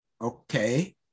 Okay